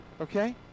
Okay